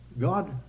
God